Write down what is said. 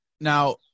Now